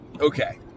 Okay